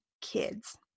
kids